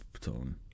tone